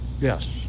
Yes